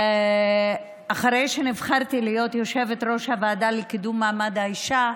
אחרי שנבחרתי להיות יושבת-ראש הוועדה לקידום מעמד האישה,